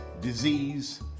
disease